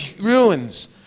ruins